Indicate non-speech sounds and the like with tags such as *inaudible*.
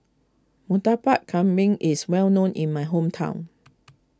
Murtabak Kambing is well known in my hometown *noise*